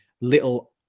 little